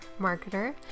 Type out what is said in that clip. marketer